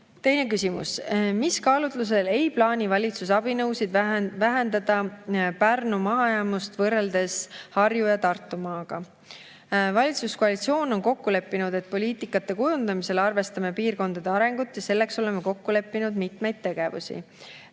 Teine küsimus: "Mis kaalutlustel ei plaani valitsus abinõusid vähendada Pärnu mahajäämust võrreldes Harju[-] ja Tartumaaga?" Valitsuskoalitsioon on kokku leppinud, et poliitika[suundade] kujundamisel arvestame piirkondade arengut, ja selleks oleme kokku leppinud mitmeid tegevusi.